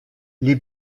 les